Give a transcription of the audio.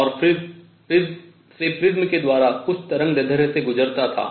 और फिर से प्रिज्म के द्वारा कुछ तरंगदैर्ध्य से गुजरता था